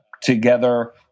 together